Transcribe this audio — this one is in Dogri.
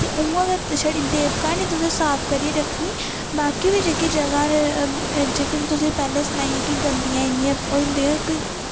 ते उ'आं गै शड़ी देवका गे निं तुसे साफ करिये रखनी बाकी बी जेह्की जगहा न जेह्की मैं तुसेई पैह्ले सनाइया गंदियां इन्नियां होंई दियां की